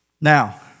Now